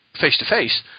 face-to-face